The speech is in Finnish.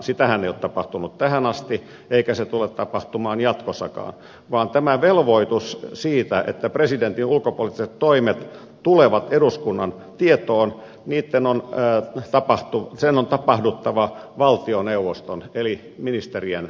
sitähän ei ole tapahtunut tähän asti eikä sitä tule tapahtumaan jatkossakaan vaan tämän velvoituksen siitä että presidentin ulkopoliittiset toimet tulevat eduskunnan tietoon on tapahduttava valtioneuvoston eli ministerien välityksellä